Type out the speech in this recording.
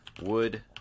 Wood